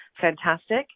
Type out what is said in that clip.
fantastic